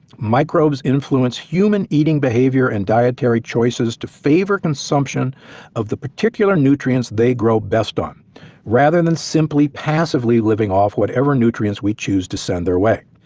microbes influence human eating behavior and dietary choices to favor consumption of the particular nutrients they grow best on rather than simply passively living off whatever nutrients we choose to send their way.